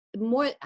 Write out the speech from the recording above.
more